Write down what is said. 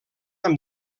amb